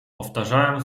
powtarzałem